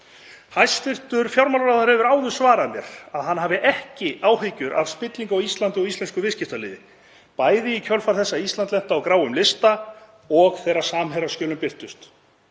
Hæstv. fjármálaráðherra hefur áður svarað mér að hann hafi ekki áhyggjur af spillingu á Íslandi og í íslensku viðskiptalífi, bæði í kjölfar þess að Ísland lenti á gráum lista og þegar Samherjaskjölin birtust.